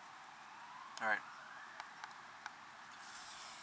alright